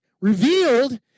revealed